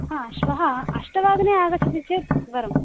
हा श्वः अष्टवादने आगच्छति चेत् वरं